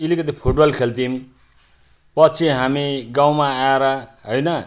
अलिकति फुटबल खेल्थ्यौँ पछि हामी गाउँमा आएर होइन